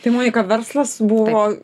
tai monika verslas buvo